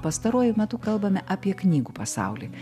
pastaruoju metu kalbame apie knygų pasaulį